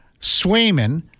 Swayman